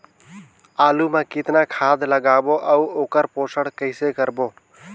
आलू मा कतना खाद लगाबो अउ ओकर पोषण कइसे करबो?